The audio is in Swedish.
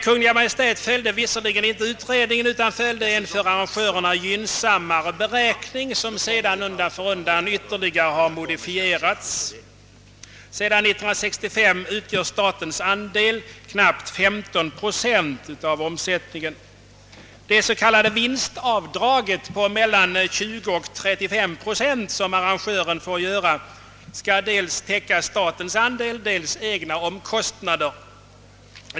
Kungl. Maj:t följde visserligen inte utredningen, utan valde en för arrangörerna gynnsammare beräkning, som sedan undan för undan ytterligare har modifierats. Sedan 1965 utgör statens andel knappt 15 procent av omsättningen. Det s.k. vinstavdraget på mellan 20 och 35 procent som arrangören får göra skall täcka dels statens andel, dels egna omkostnader.